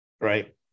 right